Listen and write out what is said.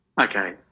Okay